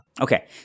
Okay